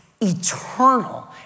eternal